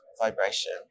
vibration